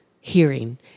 hearing